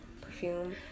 perfume